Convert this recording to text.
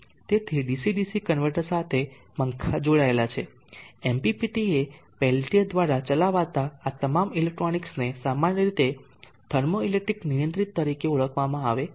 તેથી DC DC converter સાથે પંખા જોડાયેલ છે MPPT એ પેલટીઅર દ્રારા ચલાવતા આ તમામ ઇલેક્ટ્રોનિક્સને સામાન્ય રીતે થર્મો ઇલેક્ટ્રિક નિયંત્રક તરીકે ઓળખવામાં આવે છે